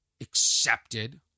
accepted